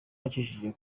yacishije